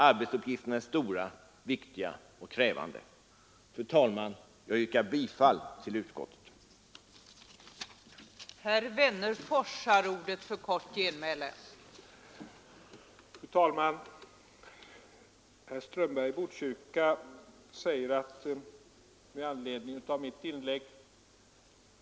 Arbetsuppgifterna är stora, viktiga och krävande. Fru talman! Jag yrkar bifall till utskottets hemställan.